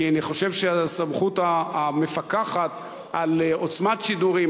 כי אני חושב שהסמכות המפקחת על עוצמת שידורים,